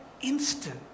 instant